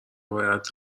باید